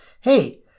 Hey